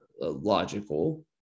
logical